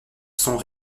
sont